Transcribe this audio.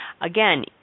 Again